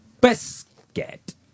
Biscuit